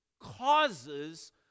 causes